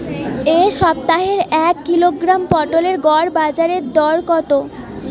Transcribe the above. এ সপ্তাহের এক কিলোগ্রাম পটলের গড় বাজারে দর কত?